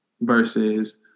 versus